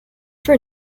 for